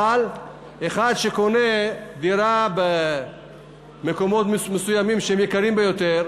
אבל אחד שקונה דירה במקומות מסוימים שהם יקרים ביותר,